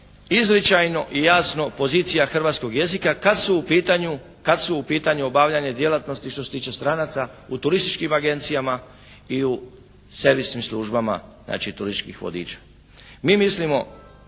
izričajno i jasno pozicija hrvatskog jezika kad su u pitanju obavljanje djelatnosti što se tiče stranaca u turističkim agencijama i u servisnim službama znači turističkih vodiča.